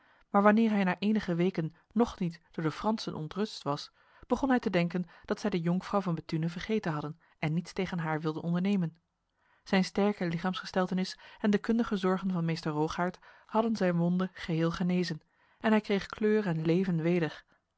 maar wanneer hij na enige weken nog niet door de fransen ontrust was begon hij te denken dat zij de jonkvrouw van bethune vergeten hadden en niets tegen haar wilden ondernemen zijn sterke lichaamsgesteltenis en de kundige zorgen van meester rogaert hadden zijn wonde geheel genezen en hij kreeg kleur en leven